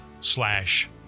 slash